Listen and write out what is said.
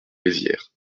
mézières